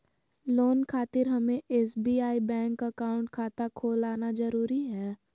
Loan खातिर हमें SBI bank account खाता खोल आना जरूरी है?